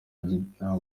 nta